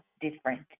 different